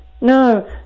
No